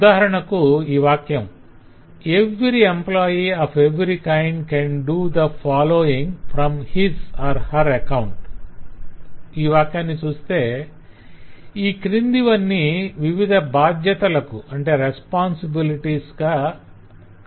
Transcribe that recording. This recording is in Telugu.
ఉదాహరణకు ఈ వాక్యం 'every employee of every kind can do the "following" from his or her account' చూస్తే ఈ క్రిందివన్నీ వివిధ బాధ్యతలకు సంబంధించినవిగా ఉన్నాయి